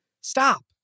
stop